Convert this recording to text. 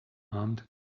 armed